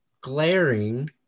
glaring